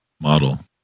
model